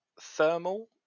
thermal